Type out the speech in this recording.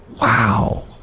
Wow